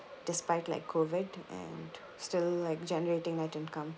despite like COVID and still like generating net income